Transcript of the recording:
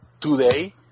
today